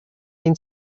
then